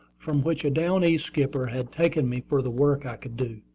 from which a down-east skipper had taken me for the work i could do.